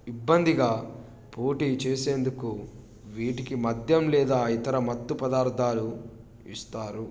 ఇబ్బందిగా పోటీ చేసేందుకు వీటికి మధ్యం లేదా ఇతర మత్తు పదార్థాలు ఇస్తారు